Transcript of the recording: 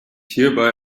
hierbei